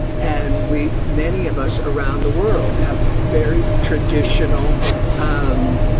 and we many of us around the world have very traditional um